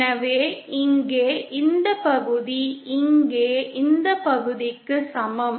எனவே இங்கே இந்த பகுதி இங்கே இந்த பகுதிக்கு சமம்